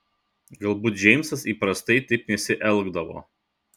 galbūt džeimsas įprastai taip nesielgdavo